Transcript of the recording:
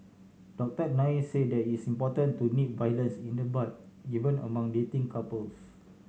Doctor Nair said that it is important to nip violence in the bud even among dating couples